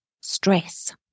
stress